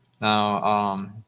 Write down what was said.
Now